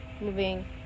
moving